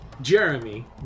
Jeremy